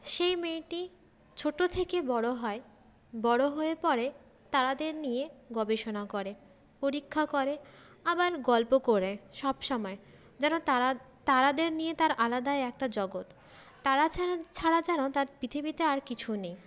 সেই মেয়েটি ছোটো থেকে বড়ো হয় বড়ো হয়ে পরে তারাদের নিয়ে গবেষণা করে পরীক্ষা করে আবার গল্প করে সবসময় যেন তারা তারাদের নিয়ে তার আলাদাই একটা জগৎ তারা ছাড়া ছাড়া যেন তার পৃথিবীতে আর কিছু নেই